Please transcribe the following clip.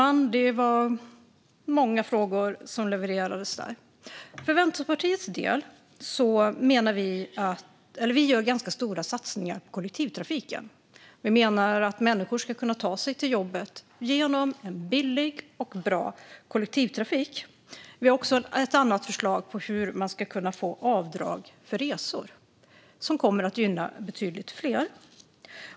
Fru talman! Det var många frågor som levererades. Vi i Vänsterpartiet gör ganska stora satsningar på kollektivtrafiken. Vi menar att människor ska kunna ta sig till jobbet med hjälp av en billig och bra kollektivtrafik. Vi har också ett annat förslag gällande avdrag för resor som kommer att gynna betydligt fler.